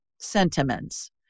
sentiments